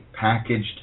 packaged